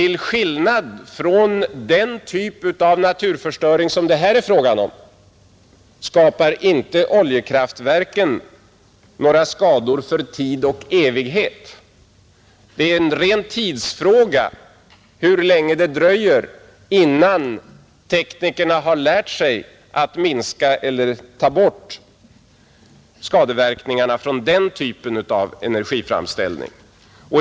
Men till skillnad från den typ av naturförstöring som det här är fråga om skapar inte oljekraftverken några skador för tid och evighet. Det är en ren tidsfråga hur länge det dröjer innan teknikerna har lärt sig att minska eller ta bort skadeverkningarna från den typen av energiframställning.